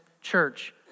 church